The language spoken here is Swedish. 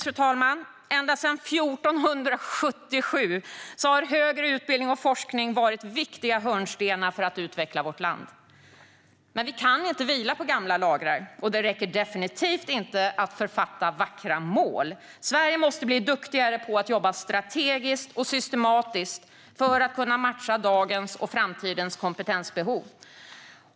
Ända sedan 1477 har högre utbildning och forskning varit viktiga hörnstenar för att utveckla vårt land. Men vi kan inte vila på gamla lagrar, och det räcker definitivt inte att författa vackra mål. Sverige måste bli duktigare på att jobba strategiskt och systematiskt för att matcha dagens och framtidens kompetensbehov.